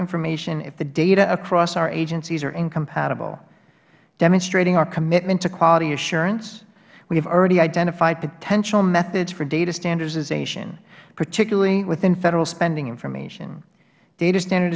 information if the data across our agencies are incompatible demonstrating our commitment to quality assurance we have already identified potential methods for data standardization particularly within federal spending information data standard